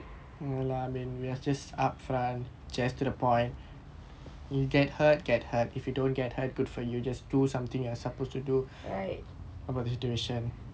right